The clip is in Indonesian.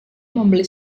membeli